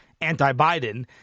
anti-Biden